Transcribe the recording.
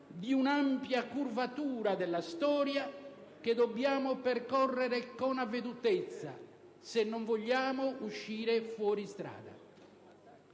di un'ampia curvatura della storia, che dobbiamo percorrere con avvedutezza se non vogliamo uscire fuori strada.